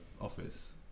office